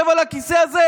יושב-ראש מרצ,